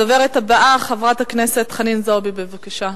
הדוברת הבאה, חברת הכנסת חנין זועבי, בבקשה.